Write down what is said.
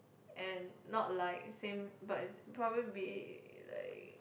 and not like same but is probably like